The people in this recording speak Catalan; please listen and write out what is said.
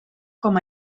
com